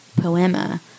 poema